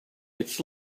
its